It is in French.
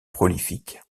prolifiques